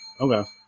Okay